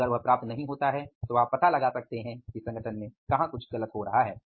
और अगर वह प्राप्त नहीं होता है तो आप पता लगा सकते हैं कि संगठन में कुछ गलत हो रहा है